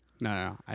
No